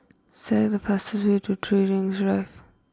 select the fastest way to three Rings Drive